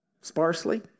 sparsely